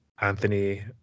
Anthony